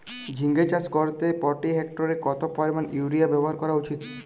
ঝিঙে চাষ করতে প্রতি হেক্টরে কত পরিমান ইউরিয়া ব্যবহার করা উচিৎ?